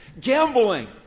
Gambling